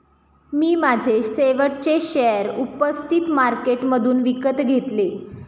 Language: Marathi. मी माझे शेवटचे शेअर उपस्थित मार्केटमधून विकत घेतले